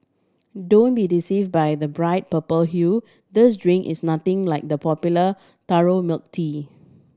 don't be deceive by the bright purple hue this drink is nothing like the popular taro milk tea